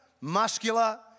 muscular